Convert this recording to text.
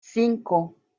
cinco